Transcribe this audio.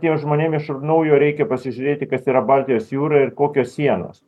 tiem žmonėm iš naujo reikia pasižiūrėti kas yra baltijos jūra ir kokios sienos